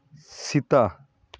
Sita